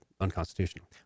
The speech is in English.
unconstitutional